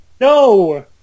No